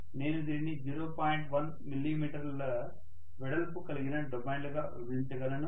1 millimetre వెడల్పు కలిగిన డొమైన్లుగా విభజించగలను